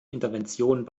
interventionen